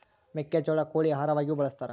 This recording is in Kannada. ಮೆಕ್ಕೆಜೋಳ ಕೋಳಿ ಆಹಾರವಾಗಿಯೂ ಬಳಸತಾರ